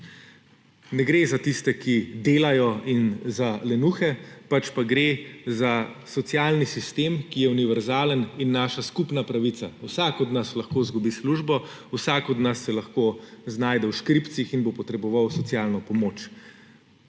ne gre za tiste, ki delajo, in za lenuhe, pač pa gre za socialni sistem, ki je univerzalen in naša skupna pravica. Vsak od nas lahko izgubi službo, vsak od nas se lahko znajde v škripcih in bo potreboval socialno pomoč.